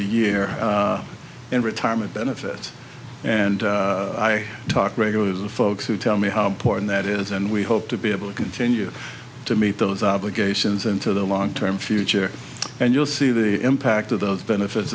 a year in retirement benefits and i talk regularly of the folks who tell me how important that is and we hope to be able to continue to meet those obligations and to the long term future and you'll see the impact of those benefits